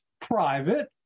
private